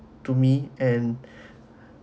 to me and